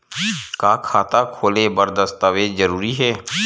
का खाता खोले बर दस्तावेज जरूरी हे?